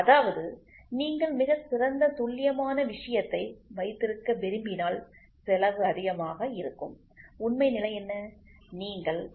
அதாவது நீங்கள் மிகச் சிறந்த துல்லியமான விஷயத்தை வைத்திருக்க விரும்பினால் செலவு அதிகமாக இருக்கும் உண்மைநிலை என்ன